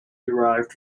derived